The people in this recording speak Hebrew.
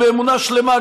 באמונה שלמה,